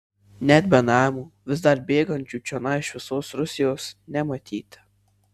net benamių vis dar bėgančių čionai iš visos rusijos nematyti